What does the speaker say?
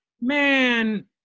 man